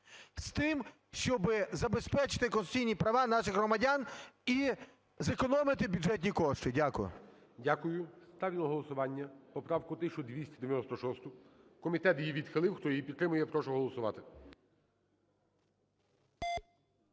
з тим, щоби забезпечити конституційні права наших громадян і зекономити бюджетні кошти. Дякую. ГОЛОВУЮЧИЙ. Дякую. Ставлю на голосування поправку 1296. Комітет її відхилив. Хто її підтримує, прошу голосувати.